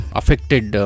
affected